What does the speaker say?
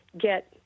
get